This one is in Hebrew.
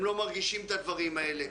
הם לא מרגישים את הדברים האלה.